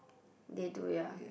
they do ya